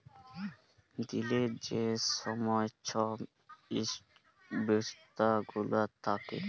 দিলের যে ছময় ছব ইস্টক ব্যবস্থা গুলা থ্যাকে